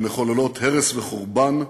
שמחוללות הרס וחורבן,